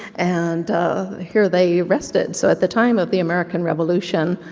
and here they rested. so at the time of the american revolution,